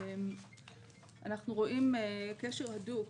אנחנו רואים קשר הדוק